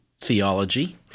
theology